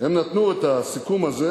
את הסיכום הזה.